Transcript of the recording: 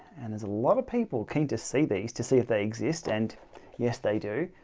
and there's a lot of people keen to see these to see if they exist and yes they do.